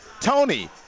Tony